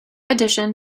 addition